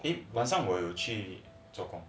eh 晚上我有去做工